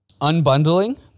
unbundling